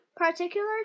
particular